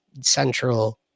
central